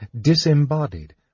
disembodied